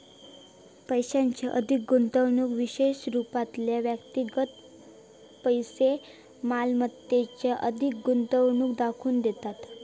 पैशाची अधिक गुंतवणूक विशेष रूपातले व्यक्तिगत पैशै मालमत्तेतील अधिक गुंतवणूक दाखवून देतत